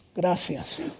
Gracias